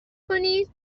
کنید